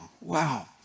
wow